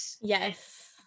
Yes